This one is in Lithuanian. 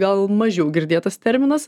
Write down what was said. gal mažiau girdėtas terminas